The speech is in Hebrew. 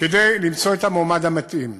כדי למצוא את המועמד המתאים.